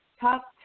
top